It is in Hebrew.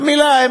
מילה.